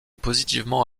positivement